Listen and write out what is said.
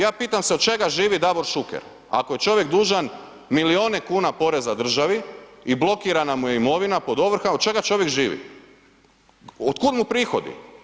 Ja pitam se od čega živi Davor Šuker ako je čovjek dužan milijune kuna poreza državi i blokirana mu je imovina, pod ovrhama, od čega čovjek živi, otkuda mu prihodi?